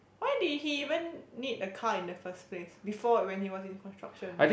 why did he even need a car in the first place before it when he was in construction